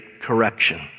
correction